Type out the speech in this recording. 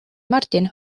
martin